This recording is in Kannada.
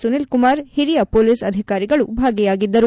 ಸುನಿಲ್ ಕುಮಾರ್ ಹಿರಿಯ ಮೊಲೀಸ್ ಆಧಿಕಾರಿಗಳು ಭಾಗಿಯಾಗಿದ್ದರು